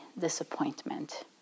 disappointment